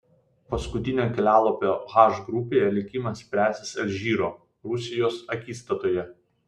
paskutinio kelialapio h grupėje likimas spręsis alžyro rusijos akistatoje